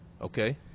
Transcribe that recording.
Okay